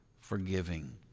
forgiving